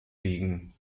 liegen